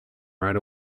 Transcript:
right